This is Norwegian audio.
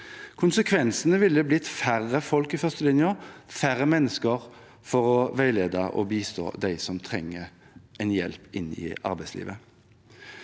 Konsekvensene ville blitt færre folk i førstelinjen og færre mennesker til å veilede og bistå dem som trenger hjelp inn i arbeidslivet.